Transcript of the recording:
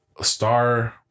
star